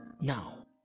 Now